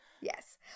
Yes